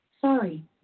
Sorry